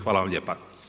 Hvala vam lijepo.